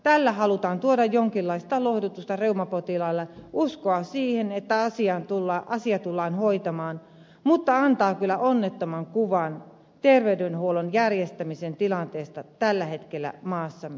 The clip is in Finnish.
tällä halutaan tuoda jonkinlaista lohdutusta reumapotilaille uskoa siihen että asia tullaan hoitamaan mutta se antaa kyllä onnettoman kuvan terveydenhuollon järjestämisen tilanteesta tällä hetkellä maassamme